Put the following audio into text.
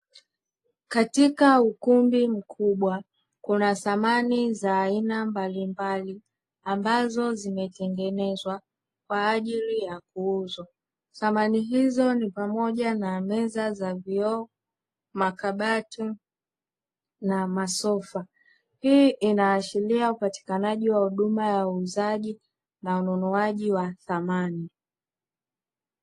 Katika ukumbi mkubwa kuna samani za aina mbalimbali ambazo zimetengenezwa kwa ajili ya kuuzwa. Samani hizo ni pamoja na meza za viio, makabati na masofa. Hii inaashiria upatikanaji wa huduma ya uuzaji na ununuaji wa samani.